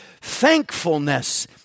thankfulness